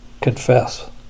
confess